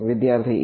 વિદ્યાર્થી e2